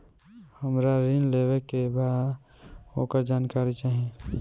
हमरा ऋण लेवे के बा वोकर जानकारी चाही